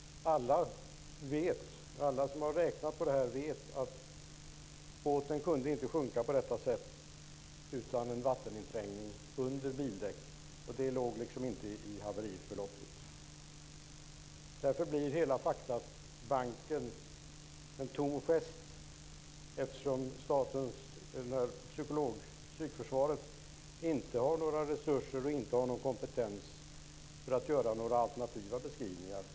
Alla som har räknat på detta vet att båten inte kunde sjunka på detta sätt utan en vatteninträngning under bildäck. Det låg liksom inte i haveriförloppet. Därför blir hela faktabanken en tom gest eftersom Styrelsen för psykologiskt försvar inte har resurser eller kompetens att göra några alternativa beskrivningar.